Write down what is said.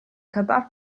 kadar